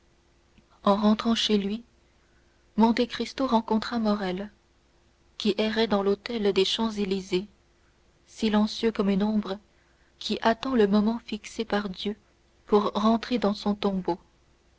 en rentrant chez lui monte cristo rencontra morrel qui errait dans l'hôtel des champs-élysées silencieux comme une ombre qui attend le moment fixé par dieu pour rentrer dans son tombeau